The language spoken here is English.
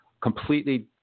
completely